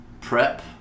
prep